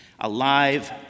alive